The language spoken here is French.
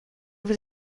vous